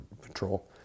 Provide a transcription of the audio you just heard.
patrol